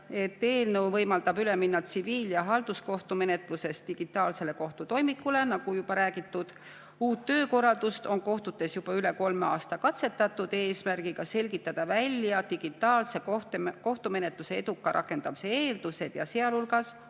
eelnõu võimaldab üle minna tsiviil‑ ja halduskohtumenetluses digitaalsele kohtutoimikule, nagu juba räägitud. Uut töökorraldust on kohtutes juba üle kolme aasta katsetatud, eesmärgiga selgitada välja digitaalse kohtumenetluse eduka rakendamise eeldused. Sealhulgas